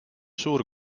suur